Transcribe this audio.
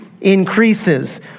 increases